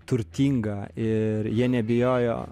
turtinga ir jie nebijojo